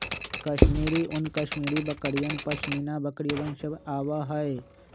कश्मीरी ऊन कश्मीरी बकरियन, पश्मीना बकरिवन से आवा हई